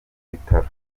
bitaro